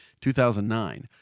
2009